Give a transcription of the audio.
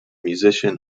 musician